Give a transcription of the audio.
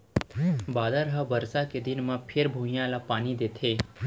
बादर ह बरसा के दिन म फेर भुइंया ल पानी देथे